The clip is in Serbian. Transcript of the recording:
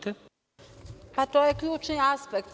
To je ključni aspekt.